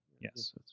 yes